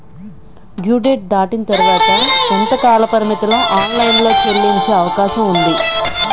Due date దాటిన తర్వాత ఎంత కాలపరిమితిలో ఆన్ లైన్ లో చెల్లించే అవకాశం వుంది?